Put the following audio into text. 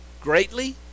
greatly